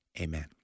Amen